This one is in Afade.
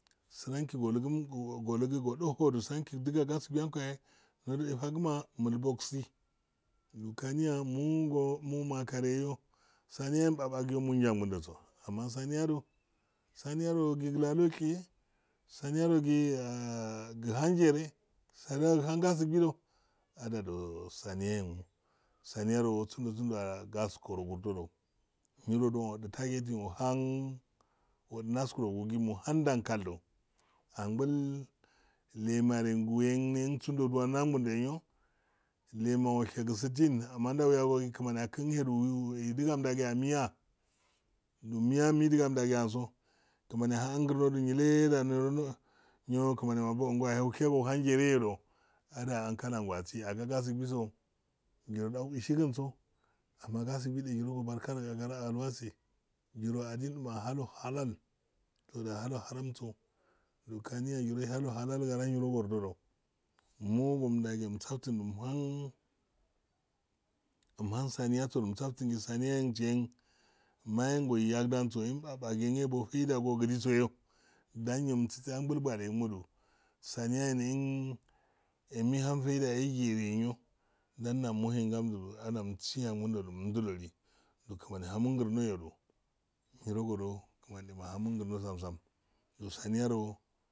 Siranki go ligi go go ho gisirnke go dige gaskuiyan ko yahe ndodo fagima bol bogisi kaniya mu yo saniyan babayomun gundose amma sani ya do sanido giladosheye gihanger e saniyo saniyaro sindo-sindo gaskoro gudo giro don odu tage di rogudo ohannasko rogudo oha noskorogu gi muhamdn kaldo angullemanugu yen oson endondangundo neman oshegu sittin amandauyugo digandaye amiya miyamidigum dage anso kimani ahae girodo baushego ohangerego do adah ankalangu amma gasiquie ndaigigigo yiro go barka garagama ilwasi giro adinma hando halal do hando hal lalso kaniya yirohan do halal gara yoro go do du mugom gimunsafti gi saniya ayo maingo gogidiso yo denyomsible angol gwalten gimodo saniyayen angol gwaltu engerenyo danda nethen gamdodu musiangorodo mdiloli kimani ahanmo girodo yirodo ahamungirno sam-sam do saniyado,